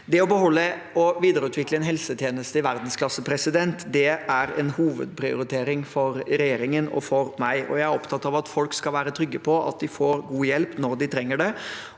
Det å beholde og videreutvikle en helsetjeneste i verdensklasse er en hovedprioritering for regjeringen og meg. Jeg er opptatt av at folk skal være trygge på at de får god hjelp når de trenger det.